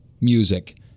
music